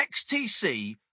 XTC